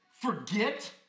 forget